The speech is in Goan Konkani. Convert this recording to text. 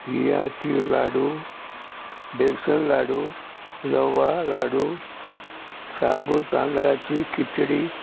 बिंयाचे लाडू बेसन लाडू रवा लाडू साबू तांदळांची खिचडी